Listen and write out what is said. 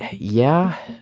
yeah.